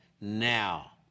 now